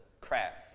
craft